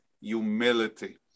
humility